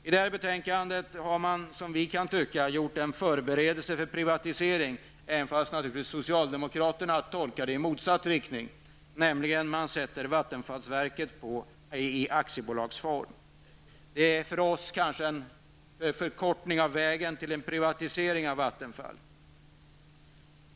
I detta betänkande har man, som vi kan tycka, gjort en förberedelse för privatisering, även om socialdemokraterna tolkar det i motsatt riktning. Man ombildar vattenfallsverket till aktiebolag. För oss innebär det en förkortning av vägen till privatisering av Vattenfall.